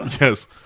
yes